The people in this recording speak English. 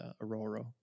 Aurora